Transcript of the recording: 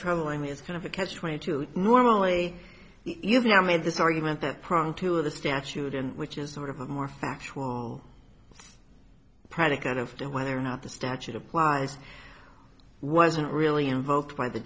troubling me is kind of a catch twenty two normally you've now made this argument that program two of the statute in which is sort of a more factual predicate of whether or not the statute applies wasn't really invoked by the